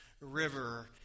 river